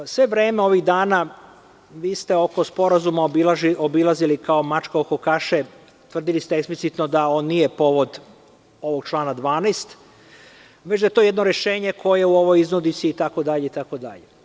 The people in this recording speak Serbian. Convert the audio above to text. Sve vreme ovih dana, vi ste oko Sporazuma obilazili kao mačka oko kaše, tvrdili ste eksplicitno da on nije povod ovog člana 12. već da je to jedno rešenje koje u ovoj iznudici itd. itd.